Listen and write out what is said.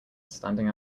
standing